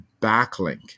backlink